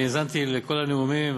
אני האזנתי לכל הנאומים,